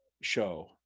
show